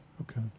Okay